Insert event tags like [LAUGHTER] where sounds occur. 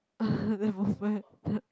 [NOISE] the movement